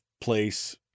place